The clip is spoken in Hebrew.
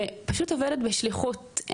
פשוט עובדת בשליחות.